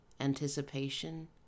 Anticipation